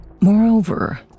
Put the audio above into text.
Moreover